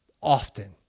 often